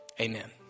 amen